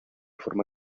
forma